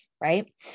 right